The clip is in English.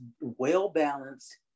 well-balanced